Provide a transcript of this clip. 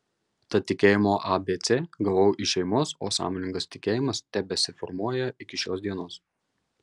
tad tikėjimo abc gavau iš šeimos o sąmoningas tikėjimas tebesiformuoja iki šios dienos